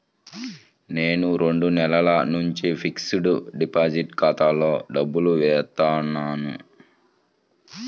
నేను రెండు నెలల నుంచి ఫిక్స్డ్ డిపాజిట్ ఖాతాలో డబ్బులు ఏత్తన్నాను